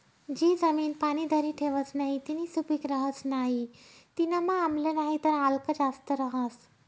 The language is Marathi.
जी जमीन पाणी धरी ठेवस नही तीनी सुपीक रहस नाही तीनामा आम्ल नाहीतर आल्क जास्त रहास